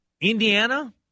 Indiana